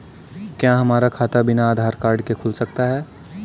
क्या हमारा खाता बिना आधार कार्ड के खुल सकता है?